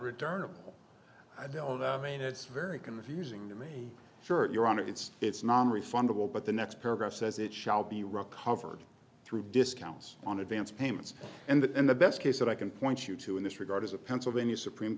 return of i don't know that i mean it's very confusing to me sure you're on it it's it's nonrefundable but the next paragraph says it shall be recovered through discounts on advance payments and the best case that i can point you to in this regard is a pennsylvania supreme